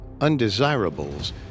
undesirables